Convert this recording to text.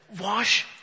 Wash